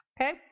Okay